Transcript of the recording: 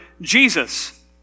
Jesus